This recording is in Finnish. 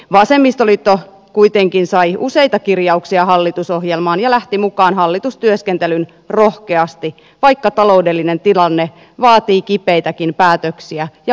vasemmistoliitto kuitenkin sai useita kirjauksia hallitusohjelmaan ja lähti mukaan hallitustyöskentelyyn rohkeasti vaikka taloudellinen tilanne vaatii kipeitäkin päätöksiä ja vastuunkantoa